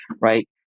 right